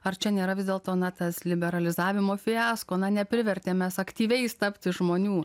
ar čia nėra vis dėlto na tas liberalizavimo fiasko na neprivertėm mes aktyviais tapti žmonių